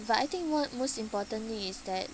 but I think more most importantly is that